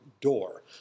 door